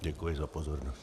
Děkuji za pozornost.